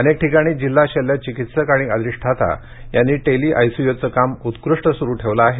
अनेक ठिकाणी जिल्हा शल्य चिकित्सक आणि अधिष्ठाता यांनी टेली आयसीयूचे काम उत्कृष्ट सुरू ठेवले आहे